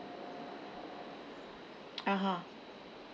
(uh huh)